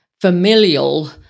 familial